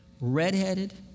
Redheaded